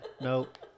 Nope